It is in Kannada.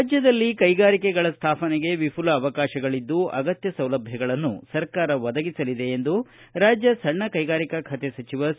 ರಾಜ್ಯದಲ್ಲಿ ಕೈಗಾರಿಕೆಗಳ ಸ್ಥಾಪನೆಗೆ ವಿಪುಲ ಅವಕಾಶಗಳಿದ್ದು ಅಗತ್ಯ ಸೌಲಭ್ಯಗಳನ್ನು ಸರ್ಕಾರ ಒದಗಿಸಲಿದೆ ಎಂದು ರಾಜ್ಯ ಸಣ್ಣ ಕೈಗಾರಿಕೆ ಸಚಿವ ಸಿ